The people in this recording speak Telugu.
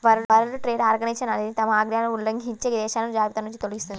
వరల్డ్ ట్రేడ్ ఆర్గనైజేషన్ అనేది తమ ఆజ్ఞలను ఉల్లంఘించే దేశాలను జాబితానుంచి తొలగిస్తుంది